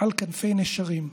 על כנפי נשרים.